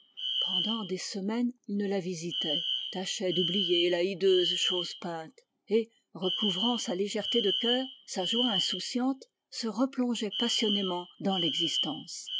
pendant des semaines il ne la visitait tâchait d'oublier la hideuse chose peinte et recouvrant sa légèreté de cœur sa joie insouciante se replongeait passionnément dans l'existence